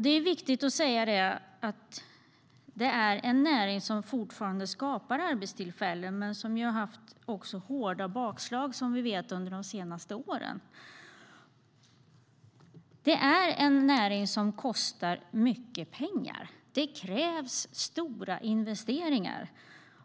Det är viktigt att säga att det är en näring som fortfarande skapar arbetstillfällen, men som vi vet har den också haft hårda bakslag under de senaste åren. Det är en näring som kostar mycket pengar. Det krävs stora investeringar,